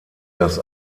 das